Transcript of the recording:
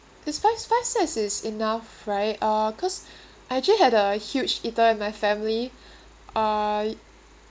is five s~ five sets is enough right uh because I actually have a huge eater my family uh